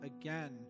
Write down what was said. again